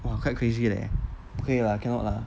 !wah! quite crazy leh 不可以 lah cannot lah